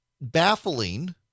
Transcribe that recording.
baffling